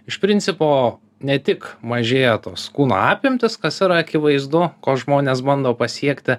iš principo ne tik mažėja tos kūno apimtys kas yra akivaizdu ko žmonės bando pasiekti